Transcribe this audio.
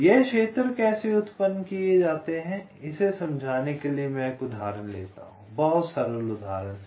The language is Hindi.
ये क्षेत्र उत्पन्न कैसे किए जाते हैं इसे समझाने के लिए मैं एक उदाहरण लेता हूँ बहुत सरल उदाहरण हैं